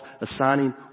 assigning